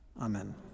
amen